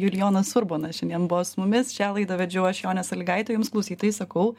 julijonas urbonas šiandien buvo su mumis šią laidą vedžiau aš jonė salygaitė jums klausytojai sakau